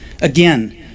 again